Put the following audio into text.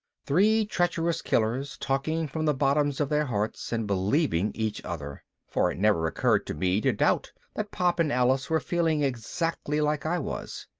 three treacherous killers talking from the bottoms of their hearts and believing each other for it never occurred to me to doubt that pop and alice were feeling exactly like i was.